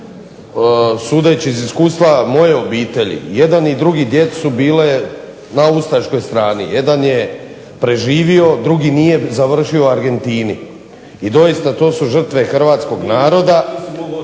sudeći iz iskustva moje obitelji, jedan i drugi djed su bili na ustaškoj strani. Jedan je preživio, drugi nije, završio je u Argentini. I doista to su žrtve hrvatskog naroda